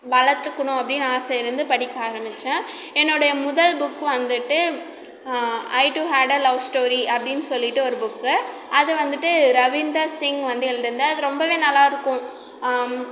வளர்த்துக்குணும் அப்படினு ஆசை இருந்து படிக்க ஆரமிச்சேன் என்னோடைய முதல் புக் வந்துவிட்டு I too had a love story அப்படின்னு சொல்லிவிட்டு ஒரு புக்கு அது வந்துவிட்டு ரவிந்தர் சிங் வந்து எழுதுனது அது ரொம்பவே நல்லா இருக்கும்